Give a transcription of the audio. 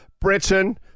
Britain